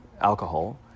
alcohol